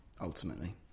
ultimately